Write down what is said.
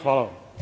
Hvala.